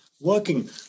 working